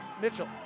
Mitchell